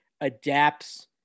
adapts